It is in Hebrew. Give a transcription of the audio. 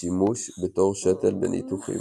שימוש בתור שתל בניתוחים.